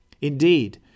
Indeed